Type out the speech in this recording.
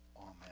Amen